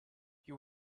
you